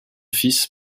fils